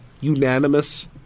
unanimous